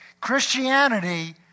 Christianity